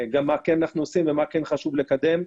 מה כן אנחנו עושים ומה כן חשוב לקדם.